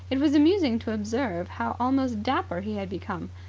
it was amusing to observe how almost dapper he had become.